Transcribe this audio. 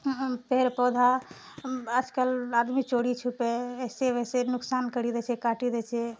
पेड़ पौधा आज कल आदमी चोरी छुपे एसे वैसे नोकसान करि दै छै काटि दै छै